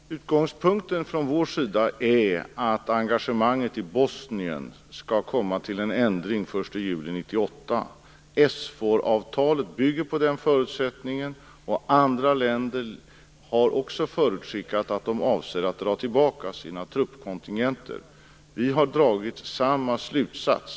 Fru talman! Utgångspunkten från vår sida är att engagemanget i Bosnien skall komma till en ändring den 1 juli 1998. SFOR-avtalet bygger på den förutsättningen. Andra länder har också förutskickat att de avser att dra tillbaka sina truppkontingenter, och vi har dragit samma slutsats.